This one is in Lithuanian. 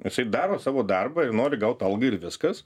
atseit daro savo darbą ir nori gaut algą ir viskas